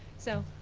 so